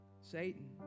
satan